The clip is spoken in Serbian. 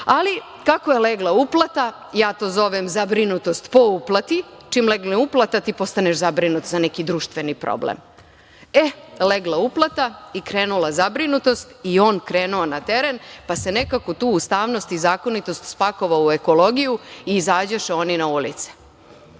setio. Kako je legla uplata, ja to zovem zabrinutost po uplati, čim legne uplata, tim postaneš zabrinut za neki društveni problem. E, legla uplata i krenula zabrinutost i on krenuo na teren, pa nekako tu ustavnost i zakonitost spakovao u ekologiju i izađoše oni na